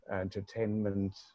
entertainment